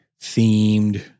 themed